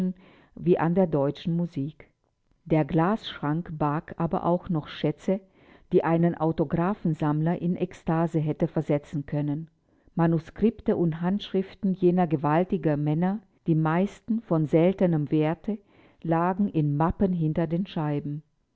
wie an der deutschen musik der glasschrank barg aber auch noch schätze die einen autographensammler in ekstase hätten versetzen können manuskripte und handschriften jener gewaltigen männer die meisten von seltenem werte lagen in mappen hinter den scheiben